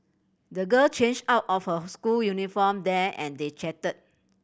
the girl changed out of her school uniform there and they chatted